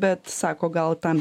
bet sako gal ta